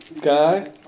guy